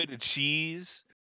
cheese